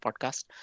podcast